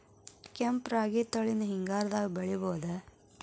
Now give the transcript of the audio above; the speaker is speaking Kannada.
ಕೆಂಪ ರಾಗಿ ತಳಿನ ಹಿಂಗಾರದಾಗ ಬೆಳಿಬಹುದ?